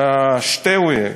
אשתיווי,